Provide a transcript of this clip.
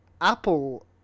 apple